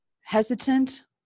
hesitant